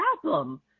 problem